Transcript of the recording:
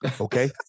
Okay